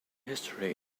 history